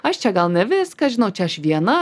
aš čia gal ne viską žinau čia aš viena